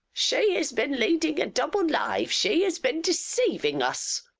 she has been leading a double life she has been deceiving us!